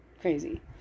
crazy